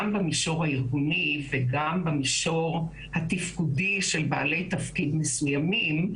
גם במישור הארגוני וגם במישור התפקודי של בעלי תפקיד מסוימים,